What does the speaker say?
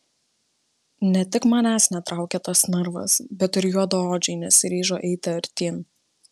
ne tik manęs netraukė tas narvas bet ir juodaodžiai nesiryžo eiti artyn